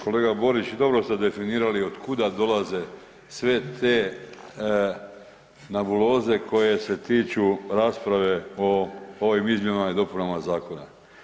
Kolega Borić, dobro ste definirali od kuda dolaze sve te nebuloze koje se tiču rasprave o ovim izmjenama i dopunama zakona.